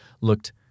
looked